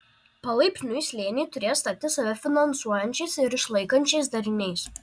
palaipsniui slėniai turės tapti save finansuojančiais ir išlaikančiais dariniais